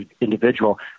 individual